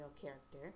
character